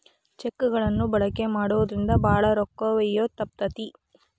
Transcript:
check ಗಳನ್ನ ಬಳಕೆ ಮಾಡೋದ್ರಿಂದ ಭಾಳ ರೊಕ್ಕ ಒಯ್ಯೋದ ತಪ್ತತಿ